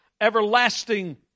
everlasting